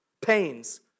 pains